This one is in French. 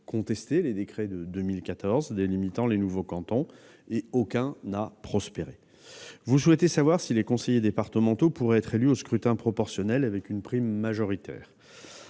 contester les décrets de 2014 délimitant les nouveaux cantons et aucun d'eux n'a prospéré. Vous souhaitez savoir si les conseillers départementaux pourraient être élus au scrutin proportionnel avec une prime majoritaire.